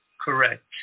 correct